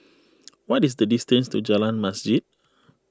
what is the distance to Jalan Masjid